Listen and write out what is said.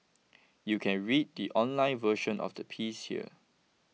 you can read the online version of the piece here